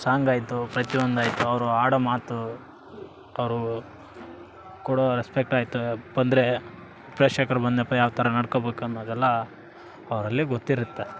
song ಆಯಿತು ಪ್ರತಿಯೊಂದು ಆಯಿತು ಅವ್ರು ಆಡೋ ಮಾತು ಅವರು ಕೊಡೋ ರೆಸ್ಪೆಕ್ಟ್ ಆಯಿತು ಬಂದರೆ ಪ್ರೇಕ್ಷಕರ ಬಂದ್ಯಪ್ಪ ಯಾವ ಥರ ನಡ್ಕೊಬೇಕ್ ಅನ್ನೋದೆಲ್ಲ ಅವರಲ್ಲಿ ಗೊತ್ತಿರುತ್ತೆ